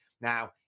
Now